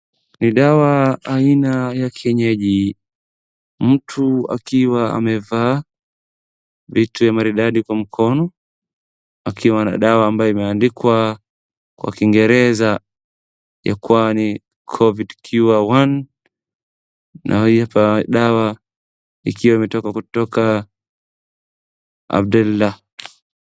Ni dawa aina ya kienyeji, mtu akiwa amevaa pete ya maridadi kwa mkono akiwa na dawa ambayo imeandikwa kwa kiingereza ya kuwa ni covid cure number one na hii hapa dawa ikiwa imetoka kutoka Abdela.